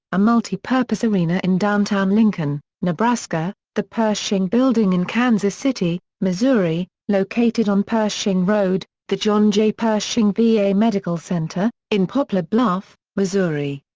a multi-purpose arena in downtown lincoln, nebraska the pershing building in kansas city, missouri, located on pershing road the john j. pershing va medical center, in poplar bluff, missouri.